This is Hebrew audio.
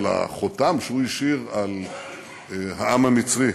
אלא החותם שהוא השאיר על העם המצרי.